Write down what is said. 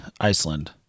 Iceland